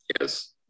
Yes